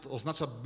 oznacza